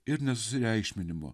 ir nesusireikšminimo